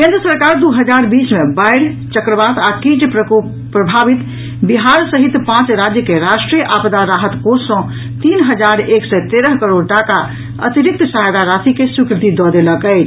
केन्द्र सरकार दू हजार बीस मे बाढ़ि चक्रवात आ कीट प्रकोप प्रभावित बिहार सहित पांच राज्य के राष्ट्रीय आपदा राहत कोष सॅ तीन हजार एक सय तेरह करोड़ टाका अतिरिक्त सहायता राशि के स्वीकृति दऽ देलक अछि